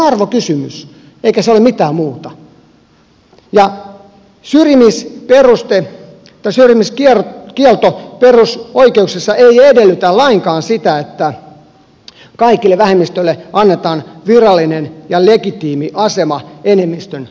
tämä on arvokysymys eikä se ole mitään muuta ja syrjimiskielto perusoikeuksissa ei edellytä lainkaan sitä että kaikille vähemmistöille annetaan virallinen ja legitiimi asema enemmistön rinnalla